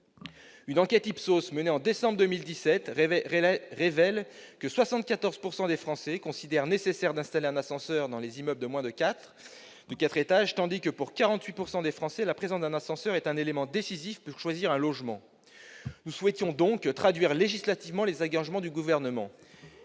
Une enquête Ipsos menée en décembre 2017 révèle par ailleurs que 74 % des Français considèrent nécessaire d'installer un ascenseur dans les immeubles de moins de quatre étages, tandis que, pour 48 % des Français, la présence d'un ascenseur est un élément décisif pour choisir un logement. Nous souhaitions donc traduire législativement les engagements du Gouvernement.